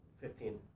fifteen.